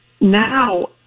now